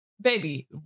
Baby